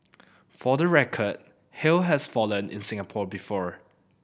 for the record hail has fallen in Singapore before